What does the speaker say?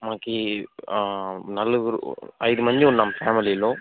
మనకి నలుగురు ఐదు మందిమీ ఉన్నాము ఫ్యామిలీలో